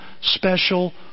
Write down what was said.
special